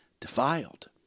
defiled